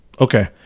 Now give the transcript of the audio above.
Okay